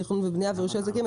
תכנון ובנייה ורישוי עסקים.